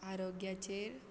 आरोग्याचेर